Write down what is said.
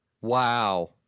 Wow